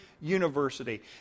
university